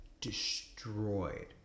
destroyed